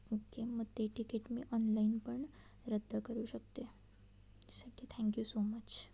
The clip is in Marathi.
ओके मग ते तिकीट मी ऑनलाईन पण रद्द करू शकते साठी थँक्यू सो मच